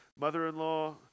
mother-in-law